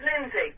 Lindsay